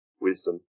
wisdom